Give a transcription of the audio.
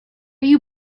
you